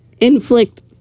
inflict